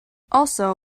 also